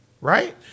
right